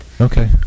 Okay